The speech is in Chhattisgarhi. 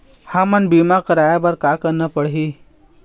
हमन बीमा कराये बर का करना पड़ही?